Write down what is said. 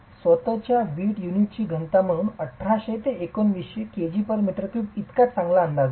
स्वतःचा वीट युनिटची घनता म्हणून 1800 ते 1900 kgm3 इतकाच चांगला अंदाज आहे